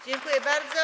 Dziękuję bardzo.